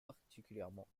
particulièrement